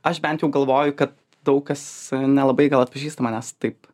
aš bent jau galvoju kad daug kas nelabai gal atpažįsta manęs taip